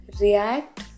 react